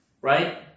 right